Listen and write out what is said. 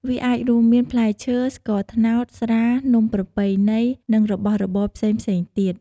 វាអាចរួមមានផ្លែឈើ, ស្ករត្នោត, ស្រា, នំប្រពៃណី និងរបស់របរផ្សេងៗទៀត។